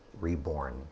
reborn